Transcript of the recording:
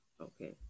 Okay